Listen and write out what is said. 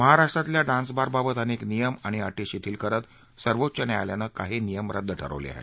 महाराष्ट्रातल्या डान्सबारबाबत अनेक नियम आणि अटी शिथील करत सर्वोच्च न्यायालयानं काही नियम रद्द ठरवले आहेत